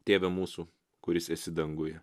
tėve mūsų kuris esi danguje